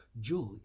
joy